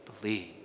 believe